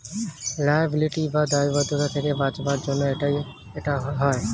liability বা দায়বদ্ধতা থেকে বাঁচাবার জন্য এটা হয়